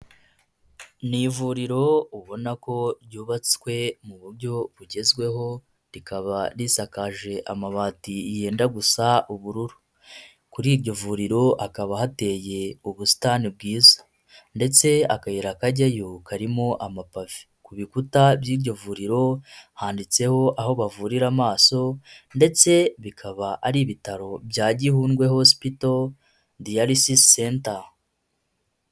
Ni ivuriro ubona ko ryubatswe mu buryo bugezweho, rikaba risakaje amabati yenda gusa ubururu. Kuri iryo vuriro hakaba hateye ubusitani bwiza. Ndetse akayira kajyayo karimo amapave. Ku bikuta by'iryo vuriro handitseho, aho bavurira amaso, ndetse bikaba ari ibitaro bya Gihundwe Hospital DIALYSIS CENTER.